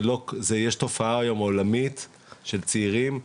יש תופעה היום עולמית של צעירים,